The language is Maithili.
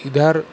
किधर